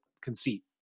conceit